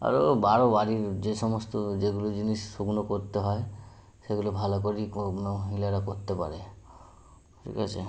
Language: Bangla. আরও আরও বাড়ির যে সমস্ত যেগুলো জিনিস শুকনো করতে হয় সেগুলো ভালো করেই ওগুলো মহিলারা করতে পারে ঠিক আছে